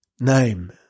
name